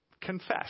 Confess